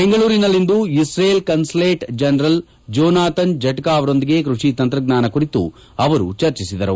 ಬೆಂಗಳೂರಿನಲ್ಲಿಂದು Israel consulate general Jonathan ಜಡ್ಡಾ ಅವರೊಂದಿಗೆ ಕೃಷಿ ತಂತ್ರಜ್ವಾನ ಕುರಿತು ಅವರು ಚರ್ಚಿಸಿದರು